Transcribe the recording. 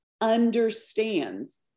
understands